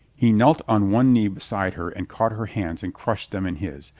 he knelt on one knee beside her and caught her hands and crushed them in his.